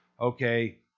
okay